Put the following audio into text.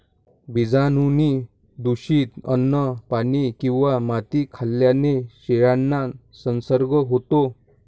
बीजाणूंनी दूषित अन्न, पाणी किंवा माती खाल्ल्याने शेळ्यांना संसर्ग होतो